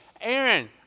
Aaron